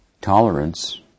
tolerance